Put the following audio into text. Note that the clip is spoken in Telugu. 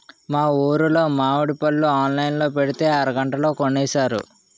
మా ఊరులో మావిడి పళ్ళు ఆన్లైన్ లో పెట్టితే అరగంటలో కొనేశారు